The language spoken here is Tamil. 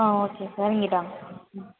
ஆ ஓகே சார் இங்கிட்டு வாங்க ம்